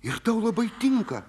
ir tau labai tinka